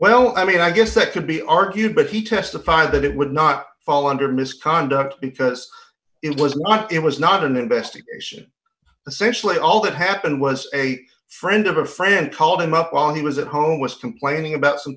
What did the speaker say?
well i mean i guess that could be argued but he testified that it would not fall under misconduct because it was not it was not an investigation essentially all that happened was a friend of a friend called him up on he was at home was complaining about some